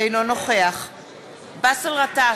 אינו נוכח באסל גטאס,